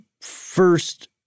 first